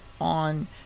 on